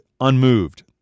unmoved